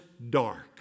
dark